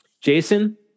Jason